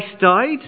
died